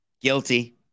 Guilty